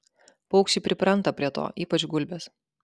paukščiai pripranta prie to ypač gulbės